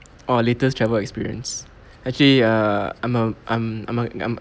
oh latest travel experience actually ah I'm a I'm I'm a I'm